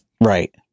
Right